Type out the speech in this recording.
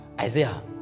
Isaiah